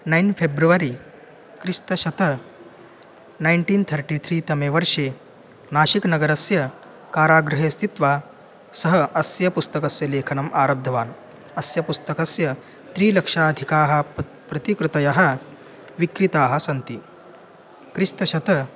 nine February क्रिस्तशक नैन्टीन्थर्टिथ्रीतमे वर्षे नाशिक् नगरस्य कारागृहे स्थित्वा सः अस्य पुस्तकस्य लेखनम् आरब्धवान् अस्य पुस्तकस्य त्रिलक्षाधिकाः पत् प्रतिकृतयः विक्रीताः सन्ति क्रिस्तशक